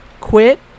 Quit